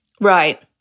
Right